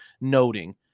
noting